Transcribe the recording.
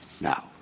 Now